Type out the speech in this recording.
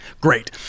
great